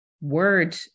word